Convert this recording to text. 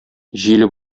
җиле